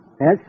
Yes